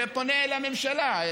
ופונה אל הממשלה,